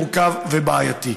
מורכב ובעייתי.